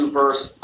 verse